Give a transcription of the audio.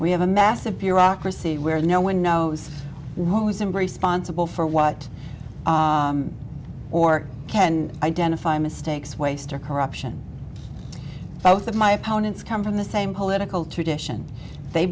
we have a massive bureaucracy where no one knows who's embrace sponsible for what or can identify mistakes waste or corruption both of my opponents come from the same political tradition they